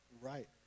Right